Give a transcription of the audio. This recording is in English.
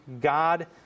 God